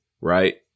right